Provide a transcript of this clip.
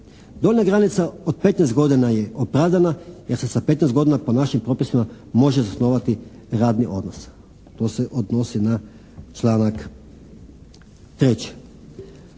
Donja granica od petnaest godina je opravdana jer se sa petnaest godina po našim propisima može zasnovati radni odnos. To se odnosi na članak 3.